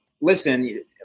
listen